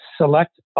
select